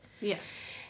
Yes